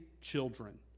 children